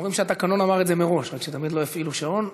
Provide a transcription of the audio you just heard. אומרים שהתקנון אמר את זה מראש רק שתמיד לא הפעילו שעון.